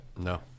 no